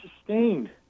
sustained